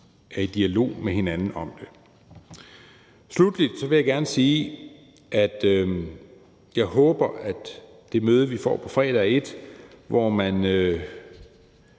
er i dialog med hinanden om det. Sluttelig vil jeg gerne sige, at jeg håber, at det møde, vi får på fredag, er et, hvor man